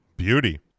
beauty